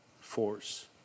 force